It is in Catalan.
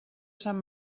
sant